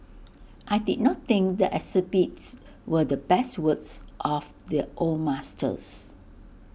I did not think the exhibits were the best works of the old masters